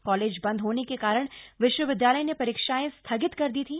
college बंद होने के कारण विश्वविद्यालय ने परीक्षाएं स्थगित कर दी थी